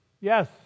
Yes